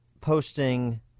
posting